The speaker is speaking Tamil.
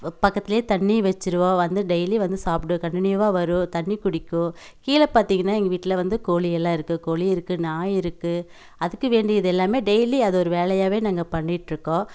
பக்கத்துலியே தண்ணியும் வச்சிருவோம் வந்து டெய்லி வந்து சாப்பிடும் கன்ட்டினியூவாக வரும் தண்ணி குடிக்கும் கீழே பார்த்தீங்கன்னா எங்கள் வீட்டில் வந்து கோழி எல்லாம் இருக்கு கோழியும் இருக்கு நாய் இருக்கு அதுக்கு வேண்டியது எல்லாமே டெய்லி அது ஒரு வேலையாகவே நாங்கள் பண்ணிட்டுஇருக்கோம்